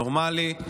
נורמלי,